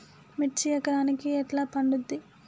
మిర్చి ఎకరానికి ఎట్లా పండుద్ధి?